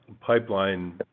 pipeline